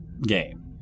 game